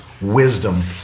wisdom